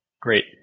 Great